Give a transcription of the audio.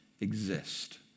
exist